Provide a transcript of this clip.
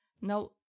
Now